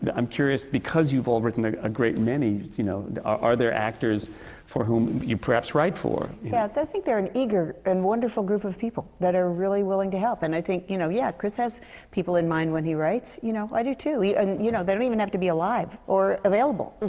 i'm curious, because you've all written a a great many, you know, are there actors for whom you perhaps write for? yeah i think they're an eager and wonderful group of people, that are really willing to help. and i think you know, yeah. chris has people in mind when he writes. you know, i do, too. and you know, they don't even have to be alive, or available.